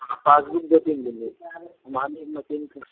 हाँ पासबुक दो तीन दिन में मानिए मशीन